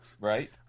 Right